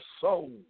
soul